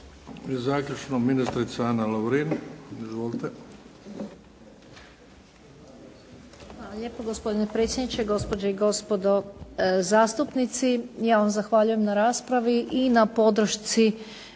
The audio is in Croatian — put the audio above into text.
zahvaljujem na raspravi i na podršci